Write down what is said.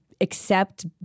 accept